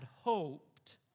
hoped